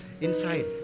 inside